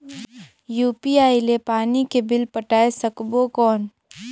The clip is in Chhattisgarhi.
यू.पी.आई ले पानी के बिल पटाय सकबो कौन?